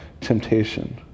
temptation